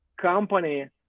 company